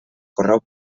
correu